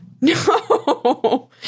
no